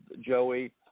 Joey